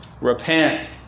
Repent